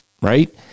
Right